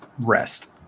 rest